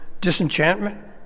disenchantment